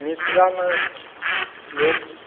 मिथिलाम लोक